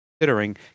considering